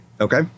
Okay